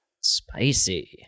Spicy